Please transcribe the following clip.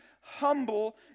humble